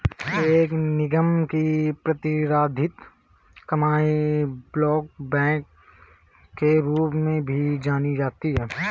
एक निगम की प्रतिधारित कमाई ब्लोबैक के रूप में भी जानी जाती है